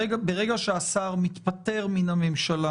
ברגע שהשר מתפטר מן הממשלה,